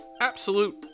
absolute